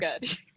good